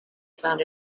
found